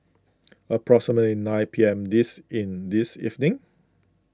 approximately nine P M this in this evening